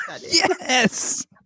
yes